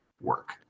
work